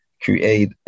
create